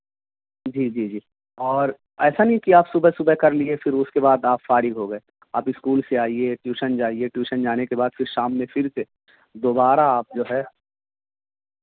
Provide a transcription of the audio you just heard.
جی جی جی اور ایسا نہیں کہ آپ صبح صبح کر لیے پھر اس کے بعد آپ فارغ ہو گئے آپ اسکول سے آئیے ٹیوشن جائیے ٹیوشن جانے کے بعد پھر شام میں پھر سے دوبارہ آپ جو ہے